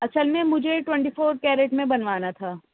اصل میں مجھے ٹوئنٹی فور کیرٹ میں بنوانا تھا